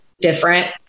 different